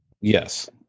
yes